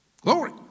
Glory